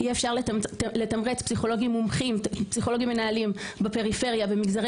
יהיה אפשר לתמרץ פסיכולוגים מנהלים בפריפריה ומגזרי